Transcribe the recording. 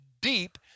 deep